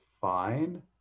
fine